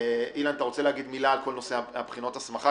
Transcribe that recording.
אילן, אתה רוצה לומר משהו לגבי בחינות ההסמכה?